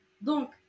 Donc